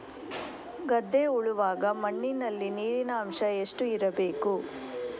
ಗದ್ದೆ ಉಳುವಾಗ ಮಣ್ಣಿನಲ್ಲಿ ನೀರಿನ ಅಂಶ ಎಷ್ಟು ಇರಬೇಕು?